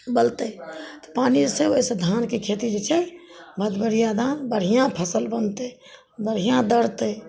बोलतै तऽ पानि से धानके खेती जे छै बहुत बढ़िआँ धान बढ़िआँ फसल बनतै बढ़िआँ बढ़तै